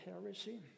heresy